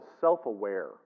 self-aware